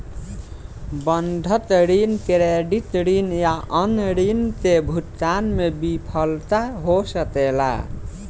बंधक ऋण, क्रेडिट ऋण या अन्य ऋण के भुगतान में विफलता हो सकेला